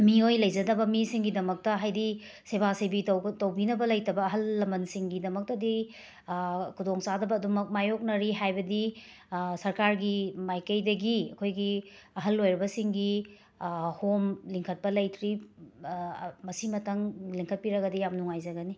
ꯃꯤꯑꯣꯏ ꯂꯩꯖꯗꯕ ꯃꯤꯁꯤꯡꯒꯤꯗꯃꯛꯇ ꯍꯥꯏꯗꯤ ꯁꯦꯕꯥ ꯁꯦꯕꯤ ꯇꯧꯕ ꯇꯧꯕꯤꯅꯕ ꯂꯩꯇꯕ ꯑꯍꯜ ꯂꯃꯟꯁꯤꯡꯒꯤꯗꯃꯛꯇꯗꯤ ꯈꯨꯗꯣꯡ ꯆꯥꯗꯕ ꯑꯗꯨꯃꯛ ꯃꯥꯌꯣꯛꯅꯔꯤ ꯍꯥꯏꯕꯗꯤ ꯁꯔꯀꯥꯔꯒꯤ ꯃꯥꯏꯀꯩꯗꯒꯤ ꯑꯩꯈꯣꯏꯒꯤ ꯑꯍꯜ ꯑꯣꯏꯔꯕꯁꯤꯡꯒꯤ ꯍꯣꯝ ꯂꯤꯡꯈꯠꯄ ꯂꯩꯇ꯭ꯔꯤ ꯃꯁꯤꯃꯇꯪ ꯂꯤꯡꯈꯠꯄꯤꯔꯒꯗꯤ ꯌꯥꯝꯅ ꯅꯨꯡꯉꯥꯏꯖꯒꯅꯤ